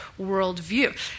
worldview